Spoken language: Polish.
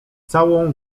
całą